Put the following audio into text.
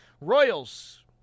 Royals